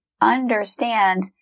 understand